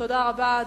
תודה רבה.